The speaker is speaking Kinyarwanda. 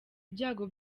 ibyago